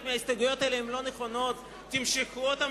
מההסתייגויות האלה הן לא נכונות: תמשכו אותן,